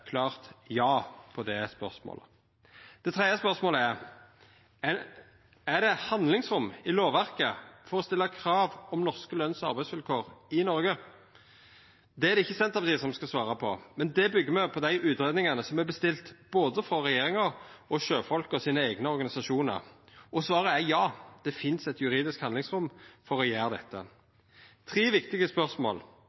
klart ja på det spørsmålet. Det tredje spørsmålet er: Er det handlingsrom i lovverket for å stilla krav om norske løns- og arbeidsvilkår i Noreg? Det er det ikkje Senterpartiet som skal svara på, det byggjer me på dei utgreiingane som er bestilte både frå regjeringa og frå sjøfolka sine eigne organisasjonar. Og svaret er ja, det finst eit juridisk handlingsrom for å gjera dette.